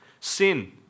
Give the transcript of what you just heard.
Sin